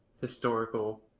historical